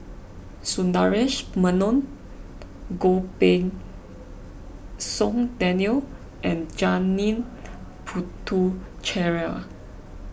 Sundaresh Menon Goh Pei Siong Daniel and Janil Puthucheary